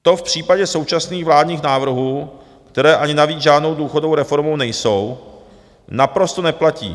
To v případě současných vládních návrhů, které ani navíc žádnou důchodovou reformou nejsou, naprosto neplatí.